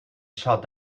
shut